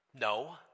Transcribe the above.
no